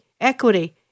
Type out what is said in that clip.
equity